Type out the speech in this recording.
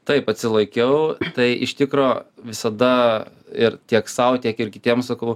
taip atsilaikiau tai iš tikro visada ir tiek sau tiek ir kitiems sakau